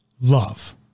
Love